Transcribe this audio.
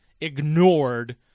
ignored